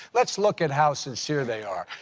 let's look at how sincere they are.